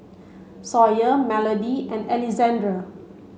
Sawyer Melodie and Alexandr